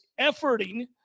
efforting